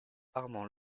armand